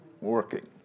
working